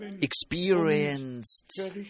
experienced